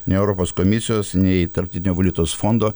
nei europos komisijos nei tarptinio valiutos fondo